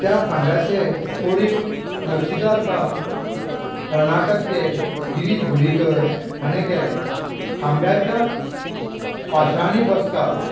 त्या खांब्याचें कोरीव नक्षिदार काम कर्नाटकचे गिरीश गुडीकर हाणें केलें खांबाच्या पाशाणी बसका